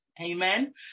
amen